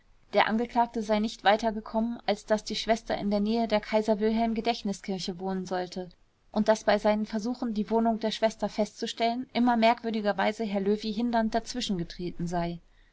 der angeklagte sei nicht weiter gekommen als daß die schwester in der nähe der kaiser wilhelm gedächtniskirche wohnen solle und daß bei seinen versuchen die wohnung der schwester festzustellen immer merkwürdigerweise herr löwy hindernd dazwischengetreten sei